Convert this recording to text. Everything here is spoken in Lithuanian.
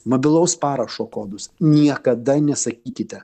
mobilaus parašo kodus niekada nesakykite